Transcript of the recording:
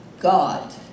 God